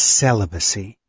celibacy